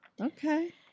Okay